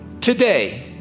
Today